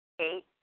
Eight